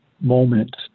moment